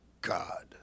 God